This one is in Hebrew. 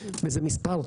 וזה מספר טוב,